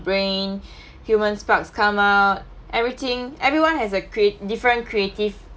brain human sparks come out everything everyone has a creat~ different creative